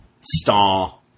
star